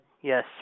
Yes